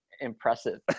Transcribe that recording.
impressive